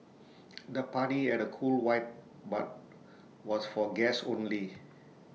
the party had A cool vibe but was for guests only